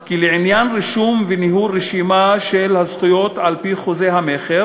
כי לעניין רישום וניהול רשימה של הזכויות על-פי חוזה המכר